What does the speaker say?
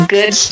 Good